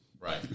Right